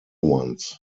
ones